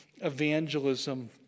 evangelism